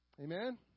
amen